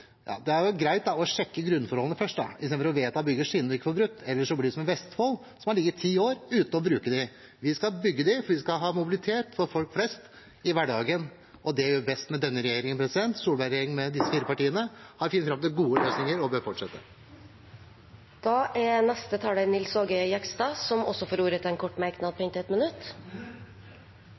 greit å sjekke grunnforholdene først, istedenfor å vedta å bygge skinner man ikke får brukt. Ellers blir det som i Vestfold, hvor de har ligget ti år uten å bli brukt. Vi skal bygge dem fordi vi skal ha mobilitet for folk flest i hverdagen, og det gjør vi best med denne regjeringen – Solberg-regjeringen med disse fire partiene har funnet fram til gode løsninger og bør fortsette. Representanten Nils Aage Jegstad har hatt ordet to ganger tidligere og får ordet til en kort merknad, begrenset til 1 minutt.